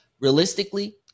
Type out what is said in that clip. realistically